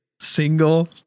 single